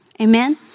amen